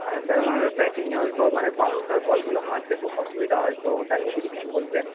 আর sir আমার ব্যাটিংয়ে অল্প মানে বাউন্সার বলগুলো মারতে খুব অসুবিধা হয় তো ওটা নিয়ে যদি কিছু বলতেন